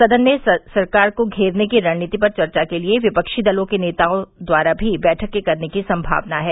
सदन में सरकार को घेरने की रणनीति पर चर्चा के लिए विपक्षी दलों के नेताओं द्वारा भी बैठकें करने की संभावना है